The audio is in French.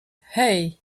hey